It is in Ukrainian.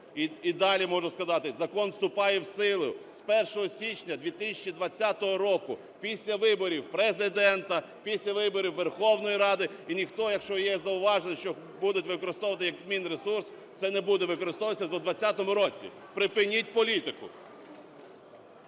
І далі можу сказати: закон вступає в силу з 1 січня 2020 року після виборів Президента, після виборів Верховної Ради і ніхто, якщо є зауваження, що будуть використовувати як адмінресурс – це не буде використовуватися, бо в 20-му році. Припиніть політику.